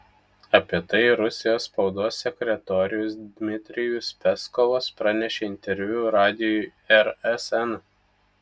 apie tai rusijos spaudos sekretorius dmitrijus peskovas pranešė interviu radijui rsn